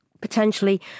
potentially